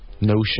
notion